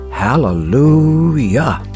hallelujah